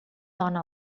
dona